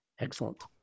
Excellent